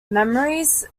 memories